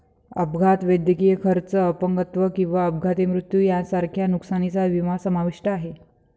अपघात, वैद्यकीय खर्च, अपंगत्व किंवा अपघाती मृत्यू यांसारख्या नुकसानीचा विमा समाविष्ट आहे